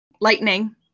lightning